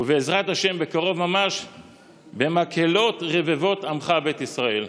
ובעזרת השם בקרוב ממש "במקהלות רבבות עמך בית ישראל".